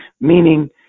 Meaning